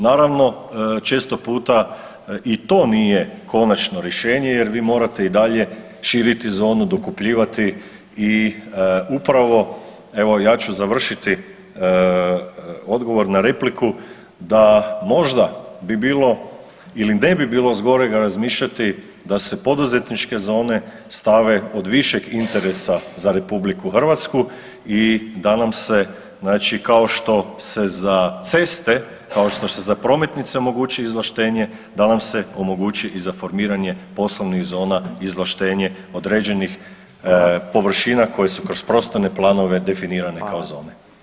Naravno, često puta i to nije konačno rješenje jer vi morate i dalje širiti zonu, dokupljivati i upravo evo, ja ću završiti odgovor na repliku da možda bi bilo ili ne bi bilo zgorega razmišljati da se poduzetničke zone stave od višeg interesa za RH i da nam se, znači kao što se za ceste, kao što se za prometnice omogući izvlaštenje, da nam se omogući i za formiranje poslovnih zona izvlaštenje određenih površina koje su kroz prostorne planove definirane kao zone.